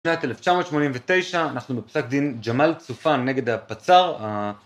‫בשנת 1989 אנחנו בפסק דין ‫ג'מל צופאן נגד הפצר.